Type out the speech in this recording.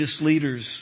leaders